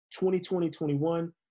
2020-21